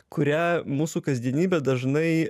kurią mūsų kasdienybė dažnai